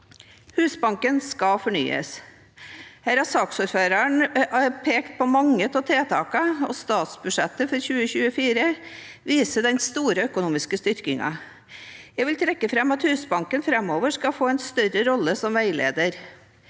Husbanken skal fornyes. Saksordføreren har pekt på mange av tiltakene, og statsbudsjettet for 2024 viser den store økonomiske styrkingen. Jeg vil trekke fram at Husbanken framover skal få en større rolle som veileder.